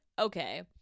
okay